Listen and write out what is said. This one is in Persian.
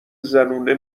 زنونه